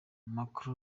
marco